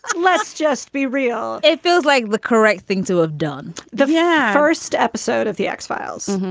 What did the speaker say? let's just be real. it feels like the correct thing to have done. the yeah first episode of the x-files,